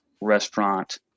restaurant